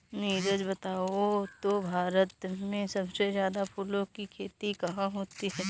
नीरज बताओ तो भारत में सबसे ज्यादा फूलों की खेती कहां होती है?